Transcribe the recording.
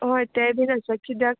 हय तेय बीन आसा किद्याक